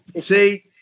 see